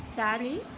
ଚାରି